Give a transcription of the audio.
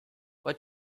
what